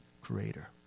greater